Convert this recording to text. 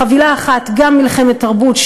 בחבילה אחת גם מלחמת תרבות,